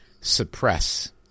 suppress